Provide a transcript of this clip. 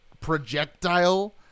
Projectile